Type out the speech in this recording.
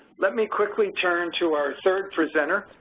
let me quickly turn to our third presenter,